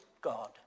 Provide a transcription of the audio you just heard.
God